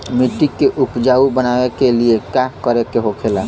मिट्टी के उपजाऊ बनाने के लिए का करके होखेला?